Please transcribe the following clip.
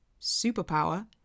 superpower